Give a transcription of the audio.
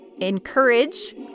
encourage